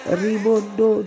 ribondo